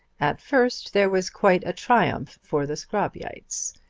at first there was quite a triumph for the scrobbyites,